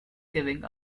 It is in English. giving